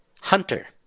Hunter